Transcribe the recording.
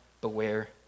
beware